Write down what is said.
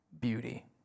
beauty